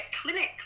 clinic